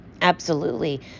Absolutely